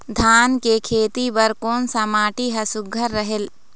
धान के खेती बर कोन सा माटी हर सुघ्घर रहेल?